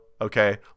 okay